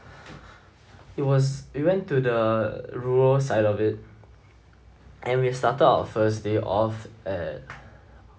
it was we went to the rural side of it and we've started our first day off at